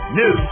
new